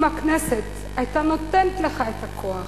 אם הכנסת היתה נותנת לך את הכוח,